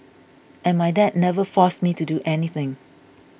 and my dad never forced me to do anything